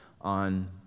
on